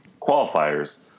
qualifiers